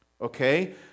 Okay